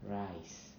rice